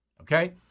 Okay